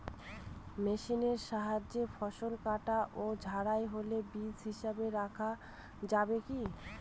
মেশিনের সাহায্যে ফসল কাটা ও ঝাড়াই হলে বীজ হিসাবে রাখা যাবে কি?